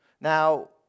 Now